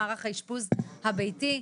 שלום, צוהריים טובים.